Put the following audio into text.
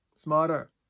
Smarter